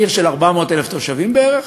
עיר של 400,000 תושבים בערך.